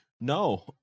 no